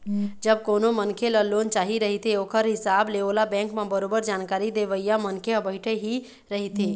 जब कोनो मनखे ल लोन चाही रहिथे ओखर हिसाब ले ओला बेंक म बरोबर जानकारी देवइया मनखे ह बइठे ही रहिथे